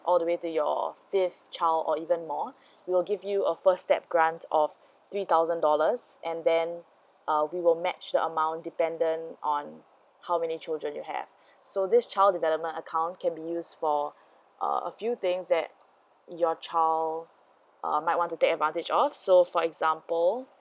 all the way to your fifth child or even more will give you a first step grants of three thousand dollars and then uh we will match the amount dependent on how many children you have so this child development account can be use for uh a few things that your child um might want to take advantage of so for example